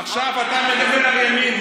עכשיו, אתה מדבר על ימין.